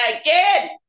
again